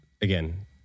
again